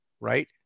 right